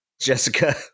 Jessica